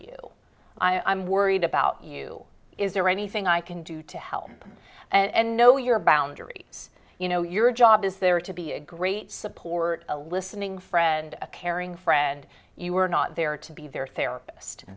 you i'm worried about you is there anything i can do to help and know your boundaries you know your job is there to be a great support a listening friend a caring friend you're not there to be there therapist